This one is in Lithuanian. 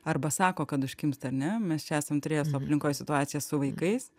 arba sako kad užkimsta ane mes čia esam turėję savo aplinkoj situaciją su vaikais